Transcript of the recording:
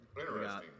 Interesting